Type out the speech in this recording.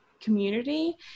community